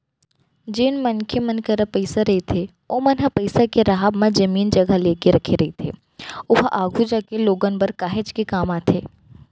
जेन मनखे मन करा पइसा रहिथे ओमन ह पइसा के राहब म जमीन जघा लेके रखे रहिथे ओहा आघु जागे लोगन बर काहेच के काम आथे